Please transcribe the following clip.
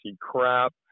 crap